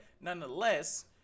nonetheless